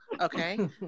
Okay